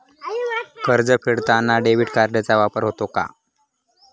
कर्ज फेडताना डेबिट कार्डचा वापर होतो का?